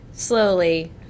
slowly